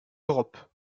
europe